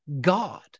God